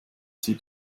sie